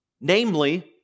Namely